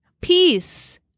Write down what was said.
Peace